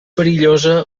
perillosa